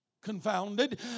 confounded